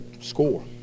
score